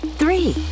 three